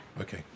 Okay